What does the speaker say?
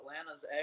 Atlanta's